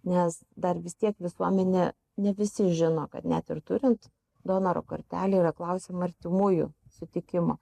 nes dar vis tiek visuomenė ne visi žino kad net ir turint donoro kortelę yra klausiama artimųjų sutikimo